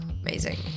Amazing